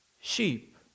sheep